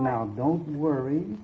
now don't worry